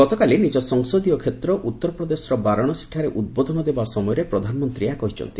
ଗତକାଲି ନିଜ ସଂସଦୀୟ କ୍ଷେତ୍ର ଉତ୍ତରପ୍ରଦେଶର ବାରଣାସୀଠାରେ ଉଦ୍ବୋଧନ ଦେବା ସମୟରେ ପ୍ରଧାନମନ୍ତ୍ରୀ ଏହା କହିଛନ୍ତି